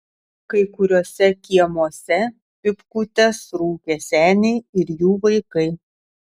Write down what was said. kai kuriuose kiemuose pypkutes rūkė seniai ir jų vaikai